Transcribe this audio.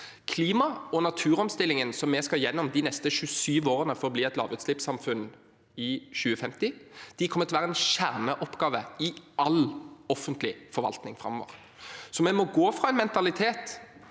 Klima- og naturomstillingen vi skal igjennom de neste 27 årene for å bli et lavutslippssam funn i 2050, kommer til å være en kjerneoppgave i all offentlig forvaltning framover. Vi må gå fra en mentalitet